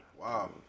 wow